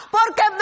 ¡Porque